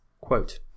Quote